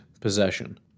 possession